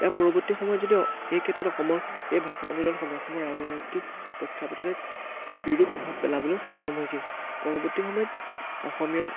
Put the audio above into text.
ইয়াৰ পৰৱৰ্তী সময়ত যদি এই ক্ষেত্ৰত অসমৰ এই ভাষা আন্দোলন সময়ে সময়ে ৰাজনৈতিক প্ৰেক্ষাপতত এক বিৰূপ প্ৰভাৱ পেলাবলৈ সক্ষম হৈছিল পৰৱৰ্তী সময়ত অসমীয়া